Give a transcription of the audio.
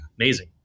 Amazing